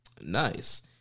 Nice